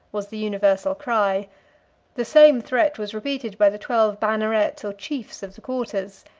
was the universal cry the same threat was repeated by the twelve bannerets or chiefs of the quarters,